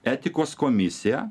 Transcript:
etikos komisija